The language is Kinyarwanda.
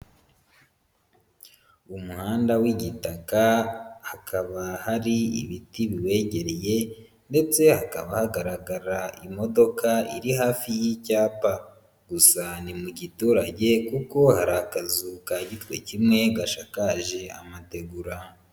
Umuhanda w'igitaka hakaba hari ibiti biwegereye ndetse hakaba hagaragara imodoka iri hafi y'icyapa, gusa ni mu giturage kuko hari akazu ka gitwe kimwe gashakaje amategura.